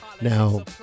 Now